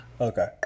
Okay